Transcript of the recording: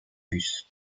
bus